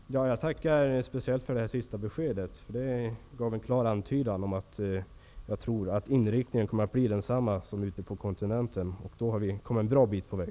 Herr talman! Jag tackar statsrådet för det sista beskedet. Det gav en klar antydan om att inriktningen kommer att bli densamma som på kontinenten. Då har vi kommit en bra bit på väg.